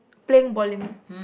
playing bowling